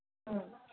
ꯎꯝ